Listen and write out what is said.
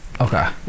Okay